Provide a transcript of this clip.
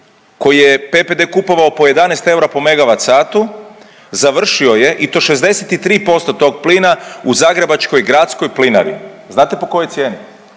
koji je PPD kupovao po 11 eura po Megavatsatu završio je i to 63% tog plina u Zagrebačkoj gradskoj plinari. Znate po kojoj cijeni?